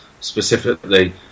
specifically